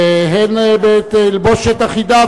והן בתלבושת אחידה,